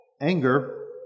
Anger